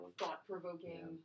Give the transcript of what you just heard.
thought-provoking